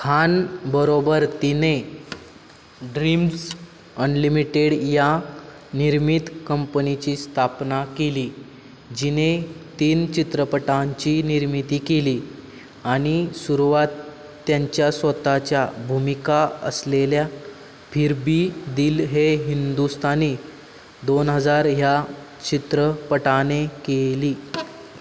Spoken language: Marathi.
खानबरोबर तिने ड्रीम्स अनलिमिटेड या निर्मित कंपनीची स्थापना केली जिने तीन चित्रपटांची निर्मिती केली आणि सुरुवात त्यांच्या स्वतःच्या भूमिका असलेल्या फिरभी दिल है हिंदुस्तानी दोन हजार ह्या चित्रपटाने केली